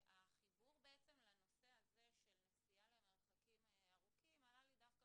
החיבור בעצם לנושא הזה של נסיעה למרחקים ארוכים עלה לי דווקא